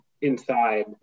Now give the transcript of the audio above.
inside